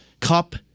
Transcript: Cup